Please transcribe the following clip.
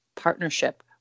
partnership